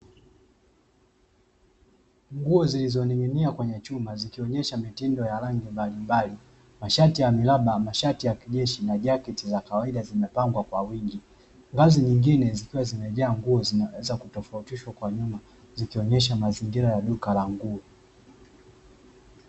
Nguo zilizoninginia kwenye chumba, zikionesha mitindo ya rangi mbalimbali, mashati ya miraba, mashati ya kijeshi na jaketi za kawaida zimepangwa kwa wingi, ngazi zingine zikiwa zimejaa nguo zinazoweza kutofautishwa kwa nyuma, zikionyesha mazingira ya duka la nguo.